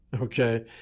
Okay